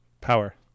Power